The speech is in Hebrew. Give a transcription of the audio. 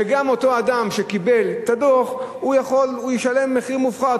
וגם האדם שקיבל את הדוח ישלם מחיר מופחת.